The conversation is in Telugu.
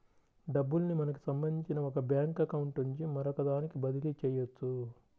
డబ్బుల్ని మనకి సంబంధించిన ఒక బ్యేంకు అకౌంట్ నుంచి మరొకదానికి బదిలీ చెయ్యొచ్చు